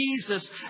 Jesus